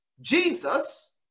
Jesus